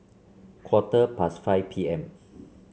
quarter past five P M